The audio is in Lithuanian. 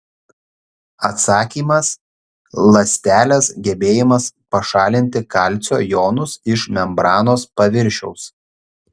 atsakymas ląstelės gebėjimas pašalinti kalcio jonus iš membranos paviršiaus